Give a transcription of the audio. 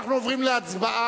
אנחנו עוברים להצבעה,